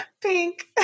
Pink